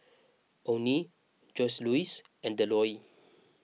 Onnie Joseluis and Delois